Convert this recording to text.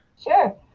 Sure